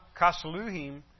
Kasaluhim